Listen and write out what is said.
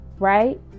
Right